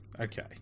Okay